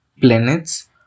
planets